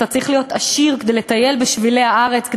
אתה צריך להיות עשיר כדי לטייל בשבילי הארץ,